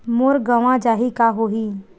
मोर गंवा जाहि का होही?